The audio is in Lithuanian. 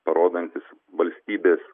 parodantis valstybės